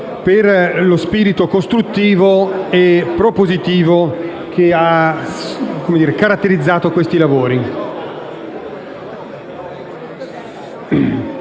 per lo spirito costruttivo e propositivo che ha caratterizzato questi lavori.